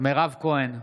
מירב כהן,